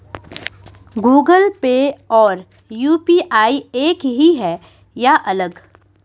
Google Pay और UPI एक ही है या अलग?